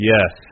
Yes